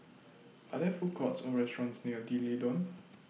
Are There Food Courts Or restaurants near D'Leedon